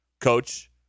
coach